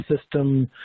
system